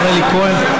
השר אלי כהן,